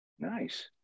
Nice